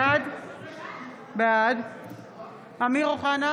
בעד אמיר אוחנה,